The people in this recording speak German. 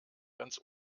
ganz